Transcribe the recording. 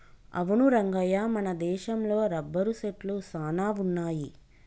అవును రంగయ్య మన దేశంలో రబ్బరు సెట్లు సాన వున్నాయి